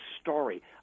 story